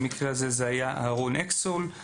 במקרה הזה זה היה אהרון אקסול,